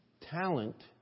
talent